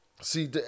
See